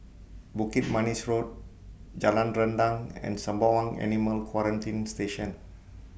Bukit Manis Road Jalan Rendang and Sembawang Animal Quarantine Station